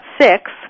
six